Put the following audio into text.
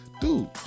Dude